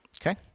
okay